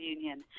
Union